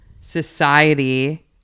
society